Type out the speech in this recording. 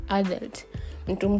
adult